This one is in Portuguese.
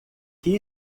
que